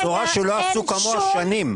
בשורה שלא עשו כמוה שנים.